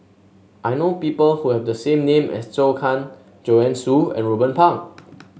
I know people who have the same name as Zhou Can Joanne Soo and Ruben Pang